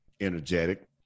energetic